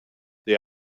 the